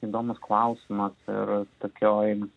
įdomus klausimas ir tokioj